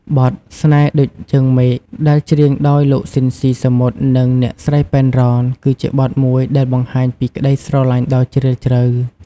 បទ ស្នេហ៍ដូចជើងមេឃ ដែលច្រៀងដោយលោក ស៊ីន ស៊ីសាមុត និងអ្នកស្រី ប៉ែន រ៉ន គឺជាបទមួយដែលបង្ហាញពីក្តីស្រឡាញ់ដ៏ជ្រាលជ្រៅ។